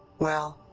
well,